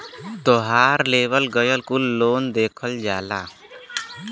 तोहार लेवल गएल कुल लोन देखा जाला